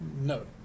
No